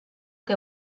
que